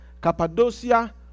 Cappadocia